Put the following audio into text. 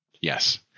Yes